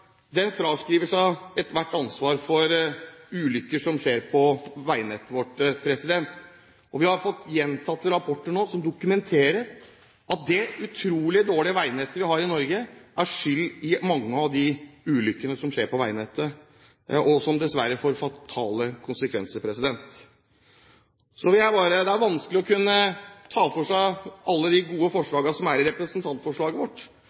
ethvert ansvar for ulykker som skjer på veinettet vårt. Vi har fått gjentatte rapporter som dokumenterer at det utrolig dårlige veinettet vi har i Norge, er skyld i mange av de ulykkene som skjer på veienettet, og som dessverre får fatale konsekvenser. Det er vanskelig å kunne ta for seg alle de gode forslagene som er i representantforslaget vårt,